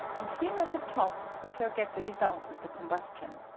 and here at the top we shall get the results of the combustion.